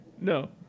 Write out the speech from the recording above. no